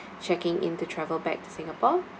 checking in to travel back to singapore